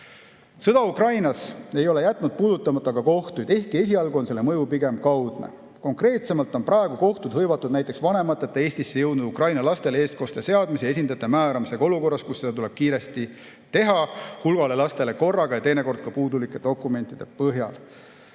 Ukrainas ei ole jätnud puudutamata ka kohtuid, ehkki esialgu on selle mõju pigem kaudne. Konkreetsemalt on praegu kohtud hõivatud näiteks vanemateta Eestisse jõudnud Ukraina lastele eestkoste seadmise ja esindajate määramisega olukorras, kus seda tuleb kiiresti teha hulgale lastele korraga ja teinekord ka puudulike dokumentide põhjal.